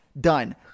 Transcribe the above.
Done